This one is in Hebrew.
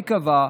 היא קבעה,